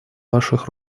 ваших